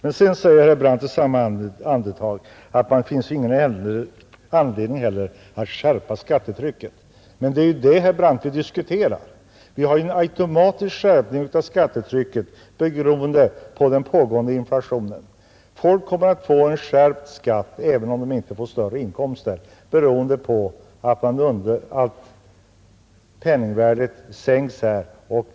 I samma andetag sade herr Brandt att det inte heller finns anledning att skärpa skattetrycket. Men det är ju det vi diskuterar. Det sker en automatisk skärpning av skattetrycket, beroende på den pågående inflationen. Människorna kommer att få skärpt skatt, även om de inte får större inkomster, beroende på att penningvärdet minskar.